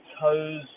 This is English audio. Toes